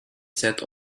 set